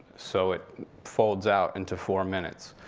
so it folds out into four minutes.